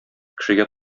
кешегә